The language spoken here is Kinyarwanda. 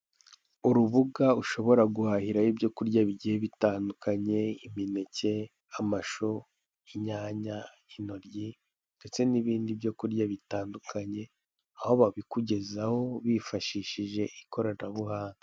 Urubuga ushobora guhahiraho ibyo kurya bigiye bitandukanye imineke, amashu, inyanya, intoryi ndetse n'ibindi byo kurya bitandukanye, aho babikugezaho bifashishije ikoranabuhanga.